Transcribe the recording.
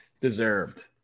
Deserved